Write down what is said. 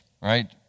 Right